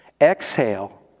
Exhale